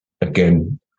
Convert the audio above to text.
again